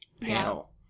panel